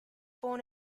born